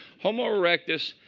homo erectus,